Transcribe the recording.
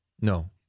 No